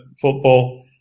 football